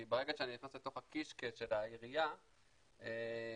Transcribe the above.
כי ברגע שאני נכנס לתוך הקישקעס של העירייה --- לא,